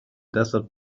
desert